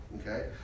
Okay